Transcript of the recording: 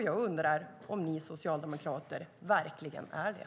Jag undrar om ni socialdemokrater verkligen är det.